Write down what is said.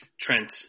Trent